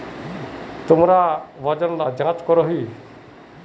तुमरा वजन चाँ करोहिस?